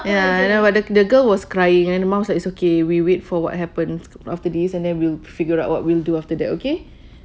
ya and the~ but the the girl was crying and the mum said it's okay we wait for what happens after this and then we'll figure out what we'll do after that okay